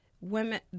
women